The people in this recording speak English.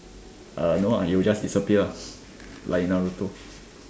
uh no lah it will just disappear lah like in Naruto